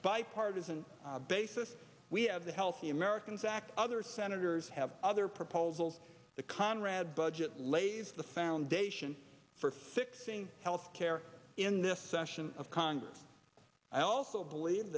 bipartisan basis we have the healthy americans act other senators have other proposals the conrad budget lays the foundation for fixing health care in this session of congress i also believe